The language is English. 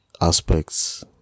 aspects